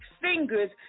fingers